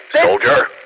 Soldier